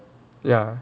ya